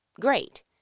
great